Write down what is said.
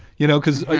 you know, because, ah